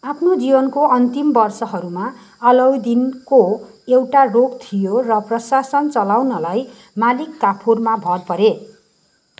आफ्नो जीवनको अन्तिम वर्षहरूमा अलाउद्दिनको एउटा रोग थियो र प्रशासन चलाउनलाई मलिक काफुरमा भर परे